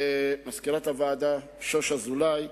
מזכירת הוועדה שוש אזולאי,